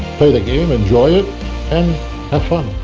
play the game, enjoy it and have fun.